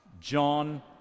John